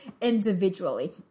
individually